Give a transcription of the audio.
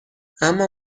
اما